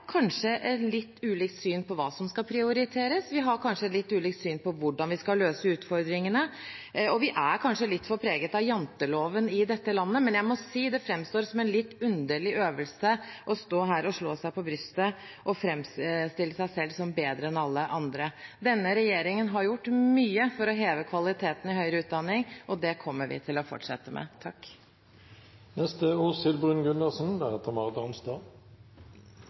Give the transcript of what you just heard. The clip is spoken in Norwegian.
kanskje litt ulikt syn på hvordan vi skal løse utfordringene, og vi er kanskje litt for preget av janteloven i dette landet, men jeg må si det framstår som en litt underlig øvelse å stå her og slå seg på brystet og framstille seg selv som bedre enn alle andre. Denne regjeringen har gjort mye for å heve kvaliteten i høyere utdanning, og det kommer de til å fortsette med. Selv om det nå ikke blir flertall for å